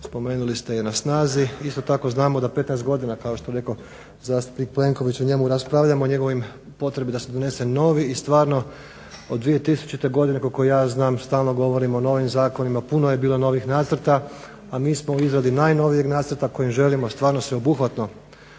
'96.spomenuli ste je na snazi, isto tako znamo da 15 kao što je rekao zastupnik Plenković o njemu raspravljamo o njegovoj potrebi da se donese novi i stvarno od 2000.godine koliko ja znam stalno govorimo o novim zakonima, puno je bilo novih nacrta a mi smo u izradi najnovijeg nacrta kojim želimo stvarno sveobuhvatno